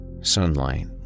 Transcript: sunlight